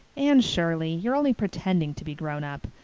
anne shirley, you're only pretending to be grown up.